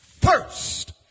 first